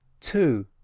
two